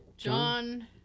John